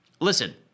listen